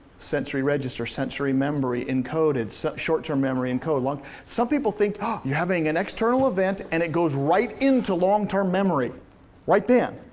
sensory register, sensory memory, encode it, so short-term memory, encode, long, some people think ah you're having an external event and it goes right into long-term memory right then.